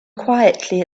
quietly